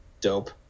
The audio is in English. dope